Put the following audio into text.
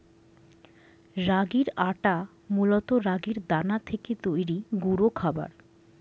রাগির আটা মূলত রাগির দানা থেকে তৈরি গুঁড়ো খাবার